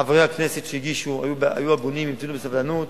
חברי הכנסת שהגישו היו הגונים, המתינו בסבלנות.